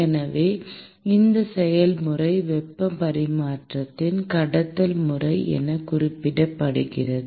எனவே இந்த செயல்முறை வெப்ப பரிமாற்றத்தின் கடத்தல் முறை என குறிப்பிடப்படுகிறது